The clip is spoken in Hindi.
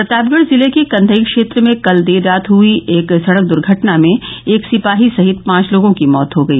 प्रतापगढ़ जिले के कंघई क्षेत्र में कल देर रात हुए एक सड़क दुर्घटना में एक सिपाही सहित पांच लोगों की मौत हो गई